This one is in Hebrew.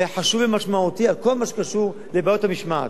וחשוב ומשמעותי, על כל מה שקשור לבעיות המשמעת.